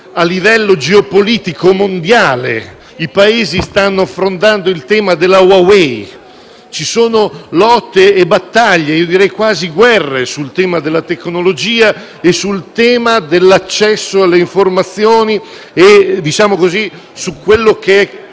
a livello geopolitico mondiale: i Paesi stanno affrontando il tema della Huawei, ci sono lotte e battaglie, io direi quasi delle guerre sul tema della tecnologia, sul tema dell'accesso alle informazioni e di quanto a